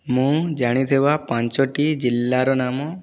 ମୁଁ ଜାଣିଥିବା ପାଞ୍ଚଟି ଜିଲ୍ଲାର ନାମ